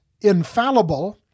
infallible